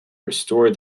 restore